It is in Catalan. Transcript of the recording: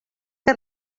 que